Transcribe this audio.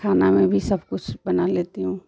खाना में भी सबकुछ बना लेती हूँ